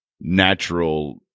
natural